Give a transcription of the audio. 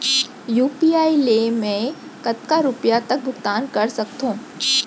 UPI ले मैं कतका रुपिया तक भुगतान कर सकथों